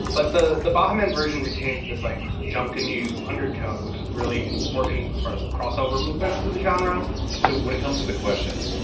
but the the baha men version retains this like junkanoo undertone, which was really important as far as crossover movements for the genre so when it comes to the question,